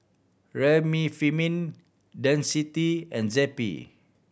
Remifemin Dentiste and Zappy